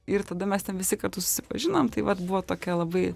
ir tada mes ten visi kartu susipažinom tai vat buvo tokia labai